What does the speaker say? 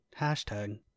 hashtag